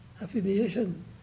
affiliation